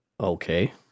Okay